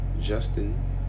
Justin